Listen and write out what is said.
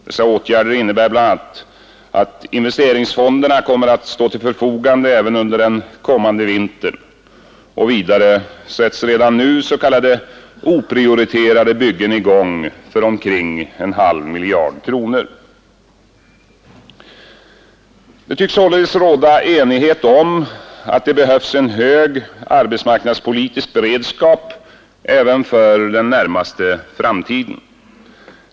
Dessa åtgärder innebär bl.a. att investeringsfonderna kommer att stå till förfogande även under den kommande vintern, Vidare sätts redan nu s.k. oprioriterade byggen i gång för omkring en halv miljard kronor. Det tycks således råda enighet om att det behövs en hög arbetsmarknadspolitisk beredskap även för den närmaste framtiden.